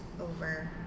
over